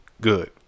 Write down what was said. good